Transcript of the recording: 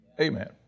Amen